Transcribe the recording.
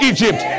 Egypt